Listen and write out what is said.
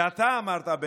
ואתה אמרת,